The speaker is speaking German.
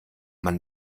man